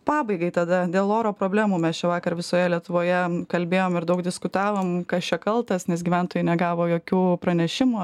pabaigai tada dėl oro problemų mes čia vakar visoje lietuvoje kalbėjom ir daug diskutavom kas čia kaltas nes gyventojai negavo jokių pranešimų